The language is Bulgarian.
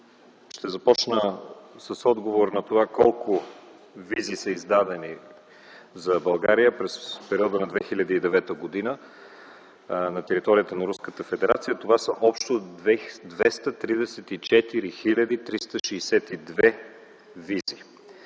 Ще започна с отговор на това колко визи са издадени за България през периода на 2009 г. на територията на Руската федерация. Това са общо 234 хил. 362 визи.